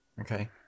Okay